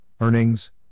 earnings